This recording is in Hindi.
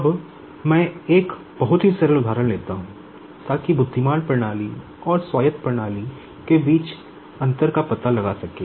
अब मैं एक बहुत ही सरल उदाहरण लेता हूं ताकि बुद्धिमान प्रणाली और स्वायत्त प्रणाली के बीच अंतर का पता लगा सकें